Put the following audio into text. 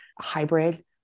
hybrid